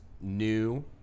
new